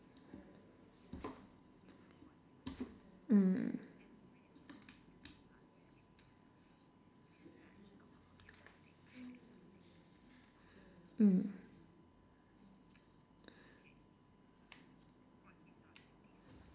mm mm